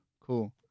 cool